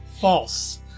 false